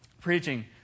preaching